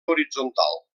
horitzontal